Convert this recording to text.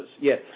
Yes